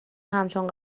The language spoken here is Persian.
همچون